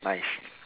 nice